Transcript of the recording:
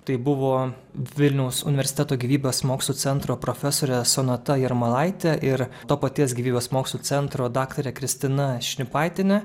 tai buvo vilniaus universiteto gyvybės mokslų centro profesorė sonata jarmalaitė ir to paties gyvybės mokslų centro daktarė kristina šnipaitienė